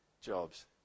jobs